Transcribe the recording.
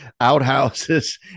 outhouses